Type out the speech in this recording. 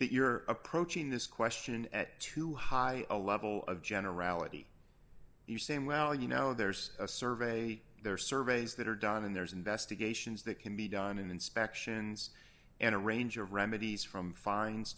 that you're approaching this question at too high a level of generality you saying well you know there's a survey there are surveys that are done and there's investigations that can be done in inspections and a range of remedies from fines